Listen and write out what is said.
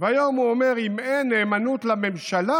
והיום הוא אומר: אם אין נאמנות לממשלה,